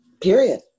Period